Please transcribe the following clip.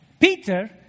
Peter